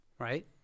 Right